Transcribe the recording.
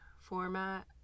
format